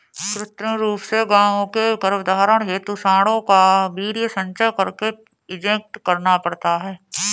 कृत्रिम रूप से गायों के गर्भधारण हेतु साँडों का वीर्य संचय करके इंजेक्ट करना पड़ता है